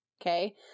okay